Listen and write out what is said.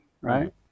right